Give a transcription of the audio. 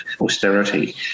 austerity